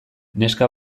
neska